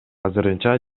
азырынча